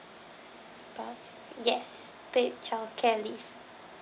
yes paid childcare leave